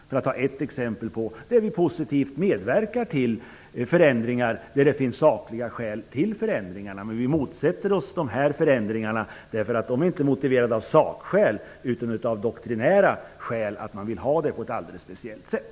Det är ett exempel där vi positivt medverkat till förändringar där det finns sakliga skäl till förändringar. Vi motsätter oss dessa förändringar därför att de inte är motiverade av sakskäl utan av doktrinära skäl. Man vill ha det på ett alldeles speciellt sätt.